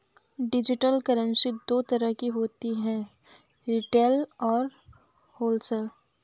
digital currency दो तरह की होती है रिटेल और होलसेल